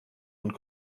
und